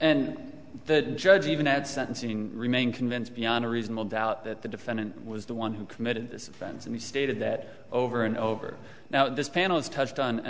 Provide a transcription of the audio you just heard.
and the judge even at sentencing remain convinced beyond a reasonable doubt that the defendant was the one who committed this offense and he stated that over and over now this panel has touched on an